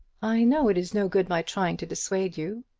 i know it is no good my trying to dissuade you.